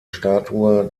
statue